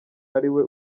ariwe